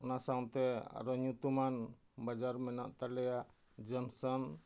ᱚᱱᱟ ᱥᱟᱶᱛᱮ ᱟᱨᱚ ᱧᱩᱛᱩᱢᱟᱱ ᱵᱟᱡᱟᱨ ᱢᱮᱱᱟᱜ ᱛᱟᱞᱮᱭᱟ ᱡᱚᱱᱥᱚᱱ